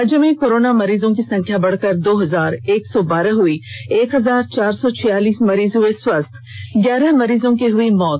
राज्य में कोरोना मरीजों की संख्या बढ़कर दो हजार एक सौ बारह हुई एक हजार चार सौ छियालीस मरीज हुए स्वस्थ ग्यारह मरीजों की हुई मौत